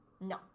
no